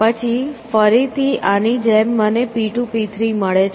પછી ફરીથી આની જેમ મને P2 P3 મળે છે